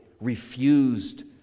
refused